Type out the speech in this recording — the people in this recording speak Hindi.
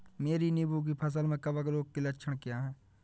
मेरी नींबू की फसल में कवक रोग के लक्षण क्या है?